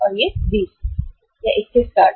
यह 21 का अर्थ है